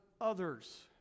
others